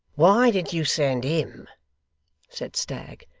why did you send him said stagg.